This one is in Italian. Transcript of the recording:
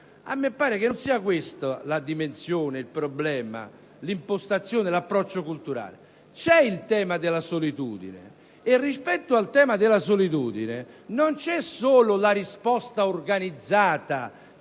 Mi sembra che non sia questa la dimensione, il problema, l'impostazione, l'approccio culturale. C'è il tema della solitudine, e rispetto ad esso non c'è solo la risposta dei